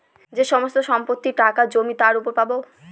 যে সমস্ত সম্পত্তি, টাকা, জমি তার উপর পাবো